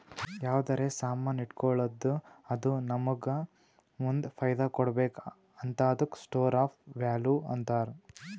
ಯಾವ್ದರೆ ಸಾಮಾನ್ ಇಟ್ಗೋಳದ್ದು ಅದು ನಮ್ಮೂಗ ಮುಂದ್ ಫೈದಾ ಕೊಡ್ಬೇಕ್ ಹಂತಾದುಕ್ಕ ಸ್ಟೋರ್ ಆಫ್ ವ್ಯಾಲೂ ಅಂತಾರ್